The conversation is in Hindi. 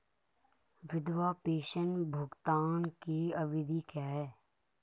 विधवा पेंशन भुगतान की अवधि क्या है?